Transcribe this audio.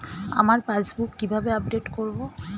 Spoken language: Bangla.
আমার পাসবুক কিভাবে আপডেট করবো?